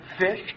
fish